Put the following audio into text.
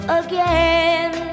again